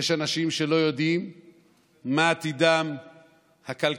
יש אנשים שלא יודעים מה עתידם הכלכלי,